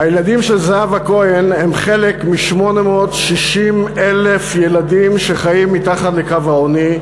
הילדים של זהבה כהן הם חלק מ-860,000 ילדים שחיים מתחת לקו העוני,